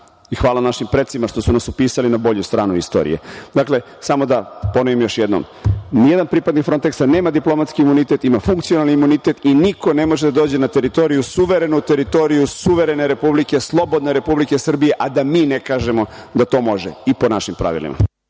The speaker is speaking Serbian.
Hvala našim precima što su nas upisali na bolju stranu istorije. Dakle, samo da ponovim još jednom, nijedan pripadnik Fronteksa nema diplomatski imunitet, ima funkcionalni imunitet i niko ne može da dođe na teritoriju, suverenu teritoriju suverene republike, slobodne Republike Srbije, da mi ne kažemo da to može i po našim pravilima.